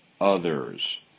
others